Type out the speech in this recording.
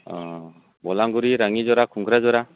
अ बलांगुरि राङिजरा खुंख्राजरा